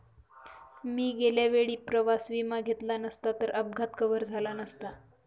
मी गेल्या वेळी प्रवास विमा घेतला नसता तर अपघात कव्हर झाला नसता